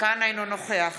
אינו נוכח